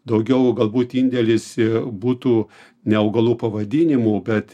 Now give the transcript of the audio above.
daugiau galbūt indėlis į būtų ne augalų pavadinimų bet